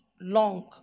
long